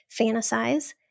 fantasize